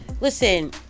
Listen